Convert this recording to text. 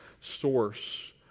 source